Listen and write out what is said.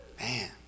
Man